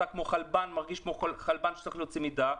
אתה מרגיש כמו חלבן שצריך להוציא מידע.